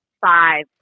five